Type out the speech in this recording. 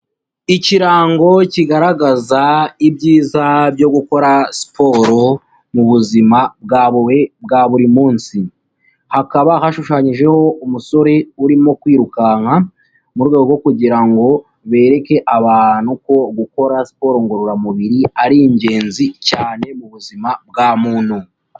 Ikirango kigaragaza ibyiza byo gukora siporo mu buzima bwawe bwa buri munsi, hakaba hashushanyijeho umusore urimo kwirukanka mu rwego rwo kugira ngo bereke abantu ko gukora siporo ngororamubiri ari ingenzi cyane mu buzima bwa muntu.